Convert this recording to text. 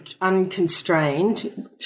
unconstrained